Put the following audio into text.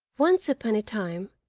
once upon a time,